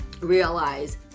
realize